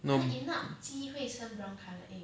no